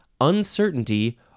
uncertainty